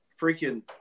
freaking